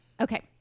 Okay